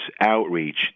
outreach